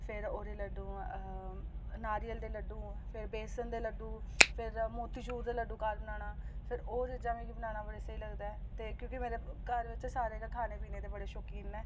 फिर ओह्दे लड्डू नारियल दे लड्डू फिर बेसन दे लड्डू फिर मोतीचूर दे लड्डू घर बनाना फिर होर चीज़ां बनाना मिगी बड़ा स्हेई लगदा ऐ ते क्योंकि मेरे घर च सारे गै खाने पीने दे बड़े शौकीन न